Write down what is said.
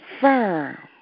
firm